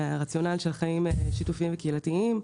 מהרציונל של חיים שיתופים וקהילתיים.